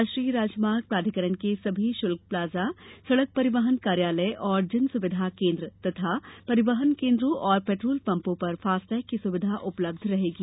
राष्ट्रीय राजमार्ग प्राधिकरण के सभी शल्क प्लाजा सडक परिवहन कार्यालय और जनसुविधा केन्द्र तथा परिवहन केन्द्रों और पेट्रोल पम्पों पर फास्टैग की सुविधा उपलब्ध रहेगी